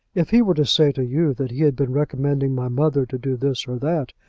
if he were to say to you that he had been recommending my mother to do this or that,